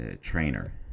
trainer